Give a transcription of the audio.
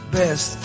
best